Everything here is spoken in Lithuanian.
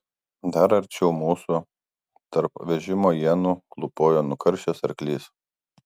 dar arčiau mūsų tarp vežimo ienų klūpojo nukaršęs arklys